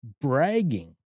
bragging